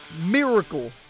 miracle